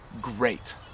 great